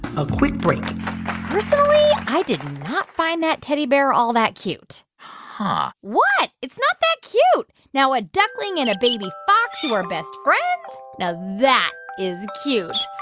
a quick break personally, i did not find that teddy bear all that cute huh what? it's not that cute. now, a duckling and a baby fox who are best friends now, that is cute